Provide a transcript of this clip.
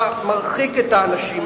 אתה מרחיק את האנשים מהיהדות,